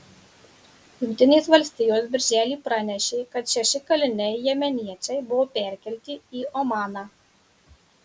jungtinės valstijos birželį pranešė kad šeši kaliniai jemeniečiai buvo perkelti į omaną